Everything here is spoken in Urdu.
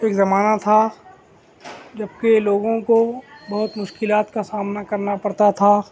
ایک زمانہ تھا جب کہ لوگوں کو بہت مشکلات کا سامنا کرنا پڑتا تھا